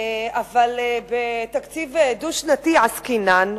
אבל בתקציב דו-שנתי עסקינן,